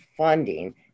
Funding